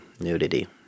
nudity